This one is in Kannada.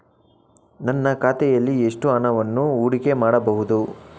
ನನ್ನ ಖಾತೆಯಲ್ಲಿ ಎಷ್ಟು ಹಣವನ್ನು ಹೂಡಿಕೆ ಮಾಡಬಹುದು?